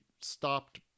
stopped